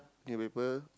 can paper